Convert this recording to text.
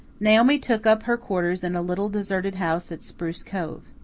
naomi took up her quarters in a little deserted house at spruce cove.